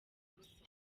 ubusa